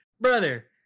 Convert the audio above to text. brother